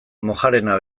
mojarena